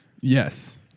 Yes